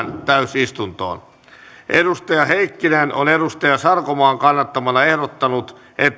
täysistuntoon hannakaisa heikkinen on sari sarkomaan kannattamana ehdottanut